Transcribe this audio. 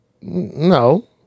No